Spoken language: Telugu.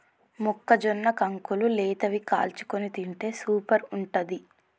మొక్కజొన్న కంకులు లేతవి కాల్చుకొని తింటే సూపర్ ఉంటది